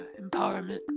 empowerment